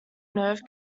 nerve